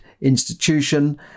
institution